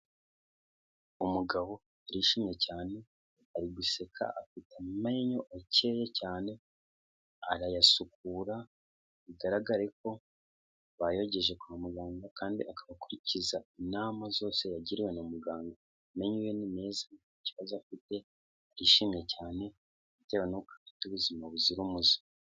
Umugabo arishimye cyane, ari guseka afite ameyo akeya cyane, arayasukura bigaragare ko bayogeje kwa muganga kandi akaba akurikiza inama zose yagiriwe na muganga, amenyo ye ni meza, nta kibazo afite arishimye cyane bitewe n'uko afite ubuzima buzira umuze.